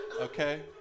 okay